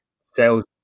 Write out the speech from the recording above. Sales